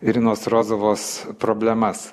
irinos rozovos problemas